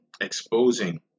exposing